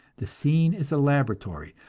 the scene is a laboratory,